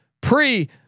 pre